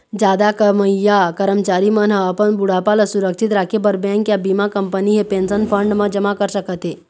जादा कमईया करमचारी मन ह अपन बुढ़ापा ल सुरक्छित राखे बर बेंक या बीमा कंपनी हे पेंशन फंड म जमा कर सकत हे